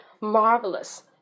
marvelous